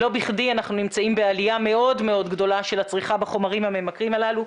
לא בכדי אנחנו נמצאים בעליה גדולה מאוד של הצריכה בחומרים הממכרים הללו.